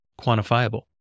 quantifiable